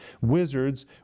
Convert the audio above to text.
wizards